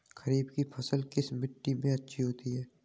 खरीफ की फसल किस मिट्टी में अच्छी होती है?